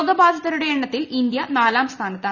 രോഗബാധിതരുടെ ഫ്ലിണ്ണത്തിൽ ഇന്ത്യ നാലാം സ്ഥാനത്താണ്